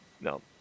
No